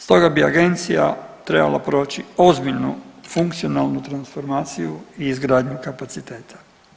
Stoga bi agencija trebala proći ozbiljnu funkcionalnu transformaciju i izgradnju kapaciteta.